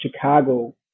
Chicago